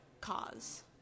cause